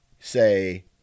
say